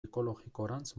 ekologikorantz